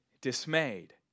dismayed